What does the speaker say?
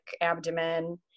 abdomen